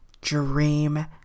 dream